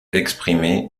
exprimé